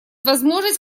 возможность